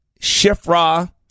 Shifra